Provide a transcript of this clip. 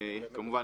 כמובן,